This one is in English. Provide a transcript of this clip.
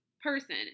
person